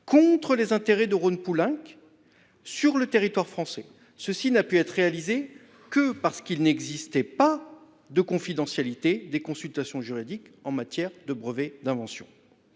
contre les intérêts de Rhône Poulenc, sur le territoire français. Ce ne fut possible que parce qu’il n’existait pas de confidentialité des consultations juridiques en matière de brevets d’invention.